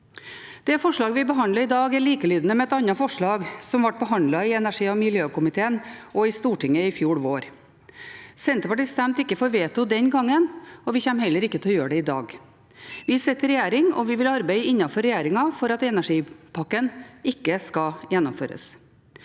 Det forslaget vi behandler i dag, er likelydende med et annet forslag som ble behandlet i energi- og miljøkomiteen og i Stortinget i fjor vår. Senterpartiet stemte ikke for veto den gangen, og vi kommer heller ikke til å gjøre det i dag. Vi sitter i regjering, og vi vil arbeide innenfor regjeringen for at energipakken ikke skal gjennomføres.